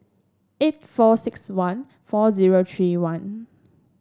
eight four six one four zero three one